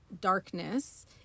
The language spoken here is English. darkness